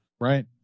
Right